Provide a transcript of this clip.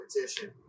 competition